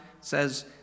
says